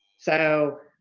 so,